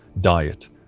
diet